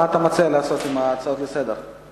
מה אתה מציע לעשות עם ההצעות לסדר-היום?